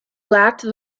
lacked